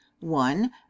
one